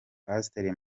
pasiteri